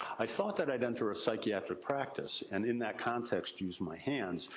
i thought that i'd enter a psychiatric practice, and in that context, use my hands.